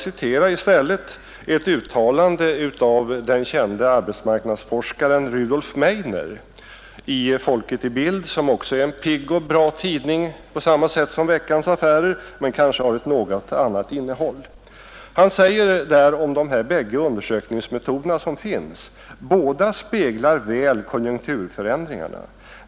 Jag vill i stället citera ett uttalande av den kände arbetsmarknadsforskaren Rudolf Meidner i Folket i Bild/Kulturfront, som också är en pigg och bra tidning liksom Veckans Affärer, men den kanske har ett något annat innehåll. Han säger om de bägge undersökningsmetoder som finns: ”Båda speglar väl konjunkturförändringarna.